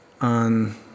on